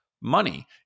money